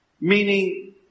Meaning